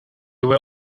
were